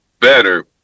better